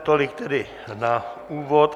Tolik tedy na úvod.